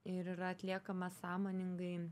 ir yra atliekama sąmoningai